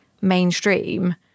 mainstream